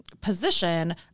position